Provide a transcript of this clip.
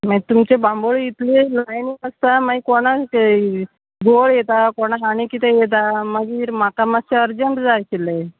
मागीर तुमचे बांबोळी इतले लायनी आसता मागीर कोणाक गुंवळ येता कोणाक आनी कितें येता मागीर म्हाका मातशें अर्जंट जाय आशिल्लें